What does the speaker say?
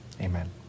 Amen